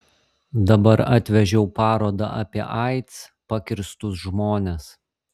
dabar atvežiau parodą apie aids pakirstus žmones